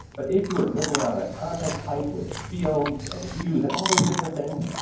but if you were building out a content type with fields and views and all those different things,